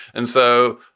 and so,